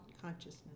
consciousness